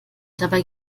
dabei